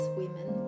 women